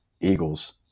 eagles